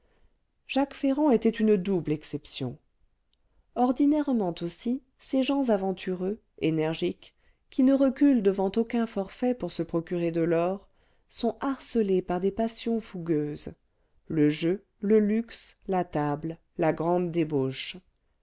jacques ferrand était une double exception ordinairement aussi ces gens aventureux énergiques qui ne reculent devant aucun forfait pour se procurer de l'or sont harcelés par des passions fougueuses le jeu le luxe la table la grande débauche